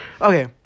Okay